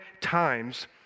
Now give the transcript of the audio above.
times